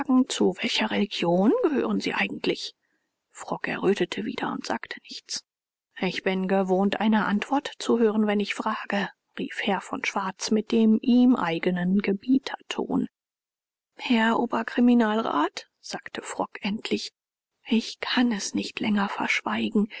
zu welcher religion gehören sie eigentlich frock errötete wieder und sagte nichts ich bin gewohnt eine antwort zu hören wenn ich frage rief herr von schwarz mit dem ihm eigenen gebieterton herr oberkriminalrat sagte frock endlich ich kann es nicht länger verschweigen